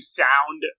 sound